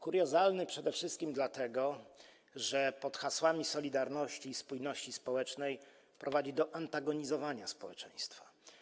Kuriozalny przede wszystkim dlatego, że pod hasłami solidarności i spójności społecznej prowadzi do antagonizowania społeczeństwa.